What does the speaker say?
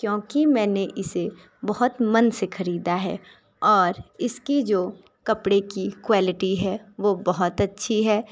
क्योंकि मैंने इसे बहुत मन से खरीदा है और इसके जो कपड़े की क्वालिटी है वो बहुत अच्छी है